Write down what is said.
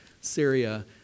syria